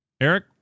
Eric